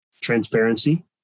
transparency